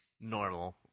normal